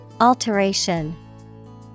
Alteration